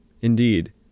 Indeed